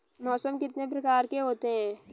मौसम कितने प्रकार के होते हैं?